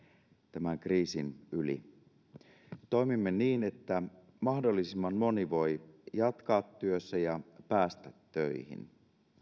tämän kriisin yli toimimme niin että mahdollisimman moni voi jatkaa työssä ja päästä töihin